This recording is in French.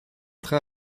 train